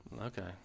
Okay